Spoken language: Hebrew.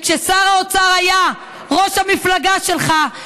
וכששר האוצר היה ראש המפלגה שלך,